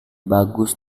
bagus